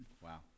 Wow